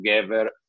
together